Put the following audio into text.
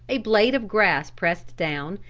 a blade of grass pressed down,